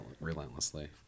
relentlessly